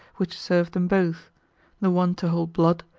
which serve them both the one to hold blood,